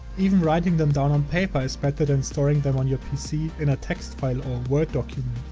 even writing them down on paper is better than storing them on your pc in a text file or word document.